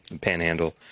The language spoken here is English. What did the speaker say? Panhandle